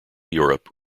europe